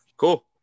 cool